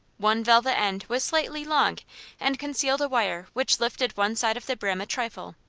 one velvet end was slightly long and concealed a wire which lifted one side of the brim a trifle,